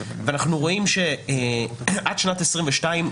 ואנחנו רואים שעד שנת 2022,